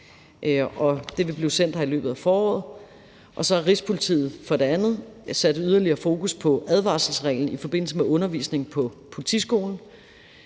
det vil blive sendt ud i løbet af foråret. For det andet har Rigspolitiet sat yderligere fokus på advarselsreglen i forbindelse med undervisning på politiskolen,